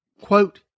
Quote